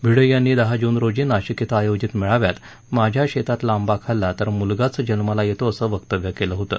भिडे यांनी दहा जून रोजी नाशिक ध्वे आयोजित मेळाव्यात माझ्या शेतातला आंबा खाल्ला तर मुलगाच जन्माला येतो असं वक्तव्य केलं होतं